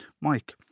Mike